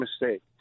mistake